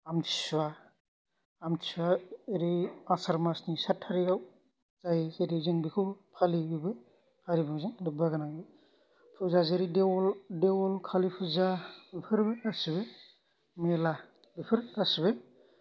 आम्थिसुवा आम्थिसुवाया ओरै आसार मासनि सात तारिकआव जायो जेरै जों बेखौ फालिबोबाय आरिमुजों लोब्बा गोनां फुजा जेरै देवल देवल खालि फुजा बेफोरबो गासिबो मेरला बेफोर गासिबो